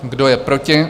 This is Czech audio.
Kdo je proti?